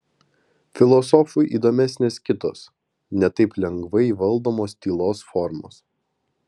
filosofui įdomesnės kitos ne taip lengvai valdomos tylos formos